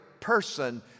person